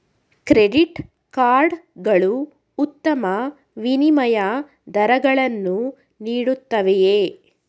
Credit card ಗಳು ಉತ್ತಮ ವಿನಿಮಯ ದರಗಳನ್ನು ನೀಡುತ್ತವೆಯೇ?